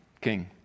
king